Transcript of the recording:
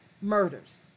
murders